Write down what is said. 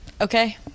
Okay